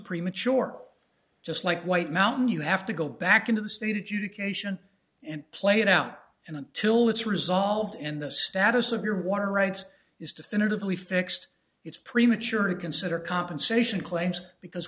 premature just like white mountain you have to go back into the state education and play it out and until it's resolved in the status of your water rights is definitively fixed it's premature to consider compensation claims because